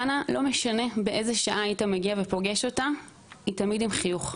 לא משנה באיזו שעה היית מגיע ופוגש אותה דנה תמיד הייתה עם חיוך,